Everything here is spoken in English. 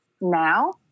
now